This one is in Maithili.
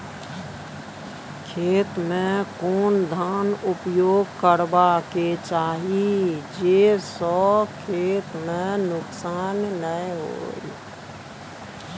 खेत में कोन खाद उपयोग करबा के चाही जे स खेत में नुकसान नैय होय?